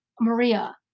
Maria